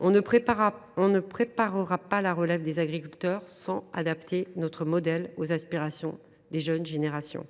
On ne préparera pas la relève des agriculteurs sans adapter notre modèle aux aspirations des jeunes générations.